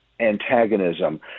antagonism